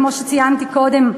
כמו שציינתי קודם,